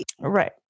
Right